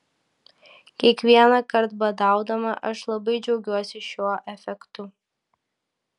kiekvienąkart badaudama aš labai džiaugiuosi šiuo efektu